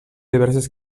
diverses